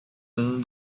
will